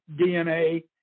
dna